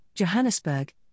Johannesburg